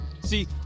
See